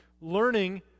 learning